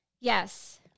Yes